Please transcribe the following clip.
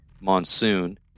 monsoon